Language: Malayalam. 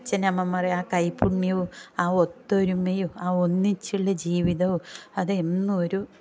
അച്ഛനമ്മമാർ ആ കൈപ്പുണ്യവും ആ ഒത്തൊരുമയും ആ ഒന്നിച്ചുള്ള ജീവിതവും അത് എന്ന് ഒരു